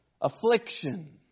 Affliction